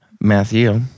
Matthew